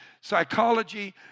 Psychology